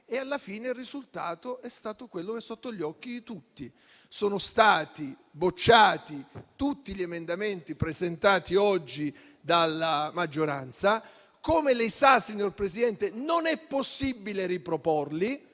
e alla fine il risultato è stato quello che è sotto gli occhi di tutti: sono stati bocciati tutti gli emendamenti presentati oggi dalla maggioranza. Come lei sa, signor Presidente non è possibile riproporli